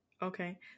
Okay